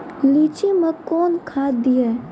लीची मैं कौन खाद दिए?